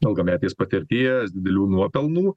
ilgametės patirties didelių nuopelnų